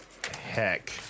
heck